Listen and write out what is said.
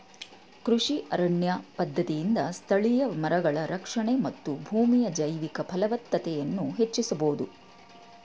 ಕೃಷಿ ಅರಣ್ಯ ಪದ್ಧತಿಯಿಂದ ಸ್ಥಳೀಯ ಮರಗಳ ರಕ್ಷಣೆ ಮತ್ತು ಭೂಮಿಯ ಜೈವಿಕ ಫಲವತ್ತತೆಯನ್ನು ಹೆಚ್ಚಿಸಬೋದು